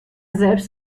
selbst